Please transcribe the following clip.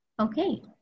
Okay